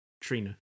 Trina